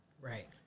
Right